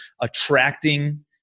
attracting